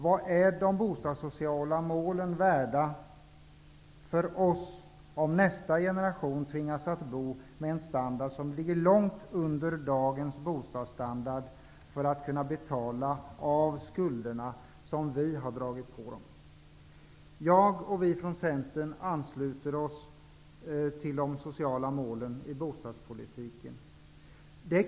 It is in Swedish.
Vad är de bostadssociala målen värda för oss om nästa generation tvingas att bo med en standard som ligger långt under dagens bostadsstandard för att kunna betala av de skulder som vi har dragit på dem? Vi från Centerpartiet ansluter oss till de sociala målen i bostadspolitiken.